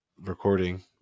recording